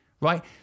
right